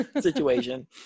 situation